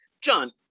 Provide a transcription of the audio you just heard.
John